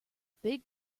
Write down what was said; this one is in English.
big